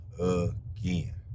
again